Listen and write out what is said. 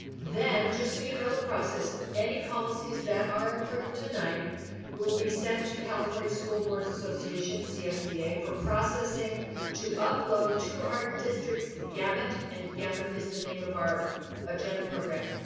then, just so you know the process, any policies that are approved tonight will be sent to california school boards association, csba, for processing to upload to our district's gamete and gamete is the name of our agenda program